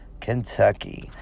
Kentucky